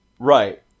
Right